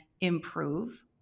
improve